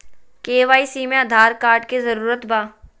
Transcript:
KYC में Aadhaar card के जरूरत बा?